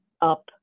up